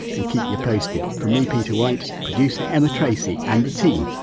we'll keep you posted from me, peter white, producer emma tracey and the team,